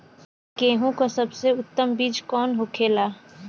गेहूँ की सबसे उत्तम बीज कौन होखेला?